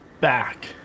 back